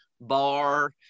bar